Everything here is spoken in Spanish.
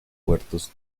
puertos